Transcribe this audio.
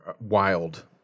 wild